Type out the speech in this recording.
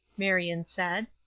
marion said.